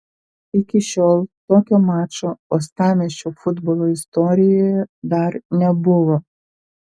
iki šiol tokio mačo uostamiesčio futbolo istorijoje dar nebuvo